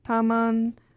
Taman